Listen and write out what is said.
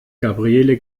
gabriele